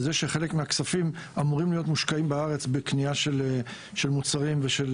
שחלק מהכספים אמורים להיות מושקעים בארץ בקנייה של מוצרים ושל